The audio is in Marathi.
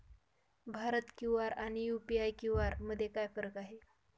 भारत क्यू.आर आणि यू.पी.आय क्यू.आर मध्ये काय फरक आहे?